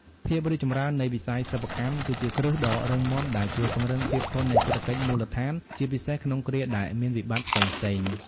ភាពរីកចម្រើននៃវិស័យសិប្បកម្មគឺជាគ្រឹះដ៏រឹងមាំ ដែលជួយពង្រឹងភាពធន់នៃសេដ្ឋកិច្ចមូលដ្ឋាន ជាពិសេសក្នុងគ្រាដែលមានវិបត្តិផ្សេងៗ។